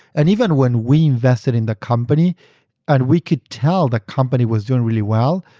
and even when we vested in the company and we could tell the company was doing really well,